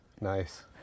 Nice